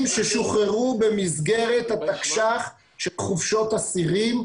ששוחררו במסגרת התקש"ח של חופשות אסירים,